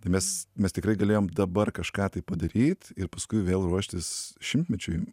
tai mes mes tikrai galėjom dabar kažką tai padaryt ir paskui vėl ruoštis šimtmečiui